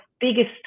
biggest